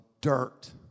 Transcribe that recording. dirt